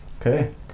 Okay